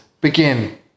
begin